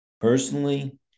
Personally